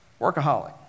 Workaholic